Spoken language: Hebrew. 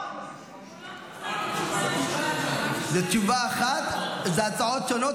אלה הצעות שונות,